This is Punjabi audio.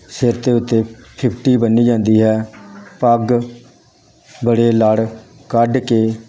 ਸਿਰ ਦੇ ਉੱਤੇ ਫਿਫਟੀ ਬੰਨ੍ਹੀ ਜਾਂਦੀ ਹੈ ਪੱਗ ਬੜੇ ਲੜ ਕੱਢ ਕੇ